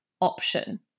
option